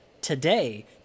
Today